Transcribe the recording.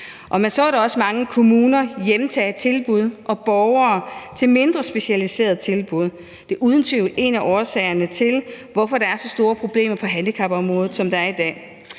Man så da også mange kommuner hjemtage tilbud og henvise borgere til mindre specialiserede tilbud. Det er uden tvivl en af årsagerne til, at der er så store problemer på handicapområdet, som der er i dag.